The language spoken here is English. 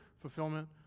fulfillment